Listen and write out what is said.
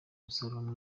musaruro